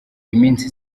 iminsi